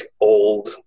old